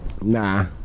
Nah